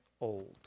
old